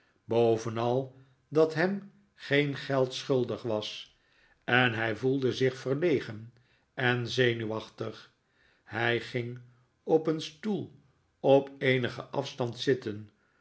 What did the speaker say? bovenal dat hem geen geld schuldig was en hij voelde zich verlegen en zenuwachtig hij ging op een stoel op eenigen afstand zitten